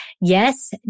Yes